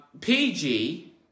PG